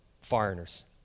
Foreigners